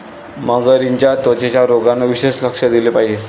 मगरींच्या त्वचेच्या रोगांवर विशेष लक्ष दिले पाहिजे